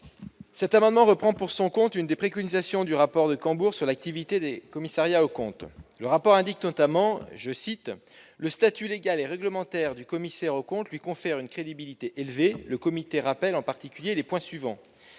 Cet amendement reprend l'une des préconisations du rapport de Cambourg sur l'activité des commissariats aux comptes, selon lequel :« Le statut légal et réglementaire du commissaire aux comptes lui confère une crédibilité élevée. Le comité rappelle en particulier les points suivants. «